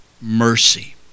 mercy